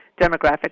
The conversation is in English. demographic